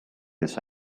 this